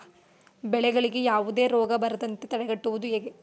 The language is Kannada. ಬೆಳೆಗಳಿಗೆ ಯಾವುದೇ ರೋಗ ಬರದಂತೆ ತಡೆಗಟ್ಟುವುದು ಹೇಗೆ?